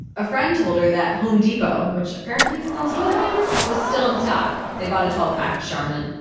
a friend told her that home depot, which apparently sells toilet paper, was still in stock. they bought a twelve pack of charmin.